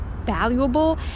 valuable